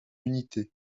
unité